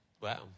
Wow